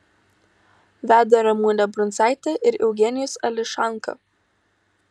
veda ramunė brundzaitė ir eugenijus ališanka